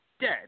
Dead